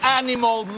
animal